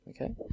Okay